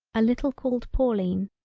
a little called pauline.